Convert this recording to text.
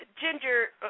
Ginger